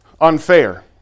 unfair